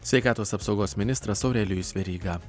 sveikatos apsaugos ministras aurelijus veryga